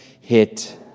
hit